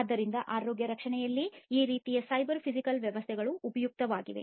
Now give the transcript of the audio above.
ಆದ್ದರಿಂದ ಆರೋಗ್ಯ ರಕ್ಷಣೆಯಲ್ಲಿ ಈ ರೀತಿಯ ಸೈಬರ್ ಫಿಸಿಕಲ್ ವ್ಯವಸ್ಥೆಗಳು ಉಪಯುಕ್ತವಾಗುತ್ತವೆ